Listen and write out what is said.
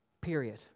period